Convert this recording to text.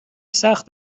سخت